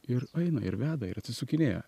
ir eina ir veda ir atsisukinėja